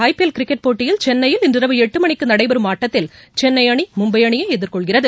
ஐ P L cricket போட்டியில் சென்னையில் இன்றிரவு எட்டு மணிக்கு நடைபெறும் ஆட்டத்தில் சென்னை அணி மும்பை அணியை எதிர்கொள்கிறது